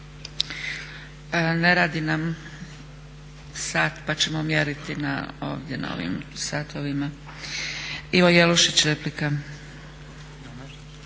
Ne radi nam sat pa ćemo mjeriti ovdje na ovim satovima. Ivo Jelušić, replika.